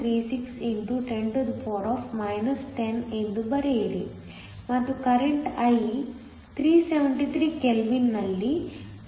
36 x 10 10 ಎಂದು ಬರೆಯಿರಿ ಮತ್ತು ಕರೆಂಟ್I 373 ಕೆಲ್ವಿನ್ ನಲ್ಲಿ 0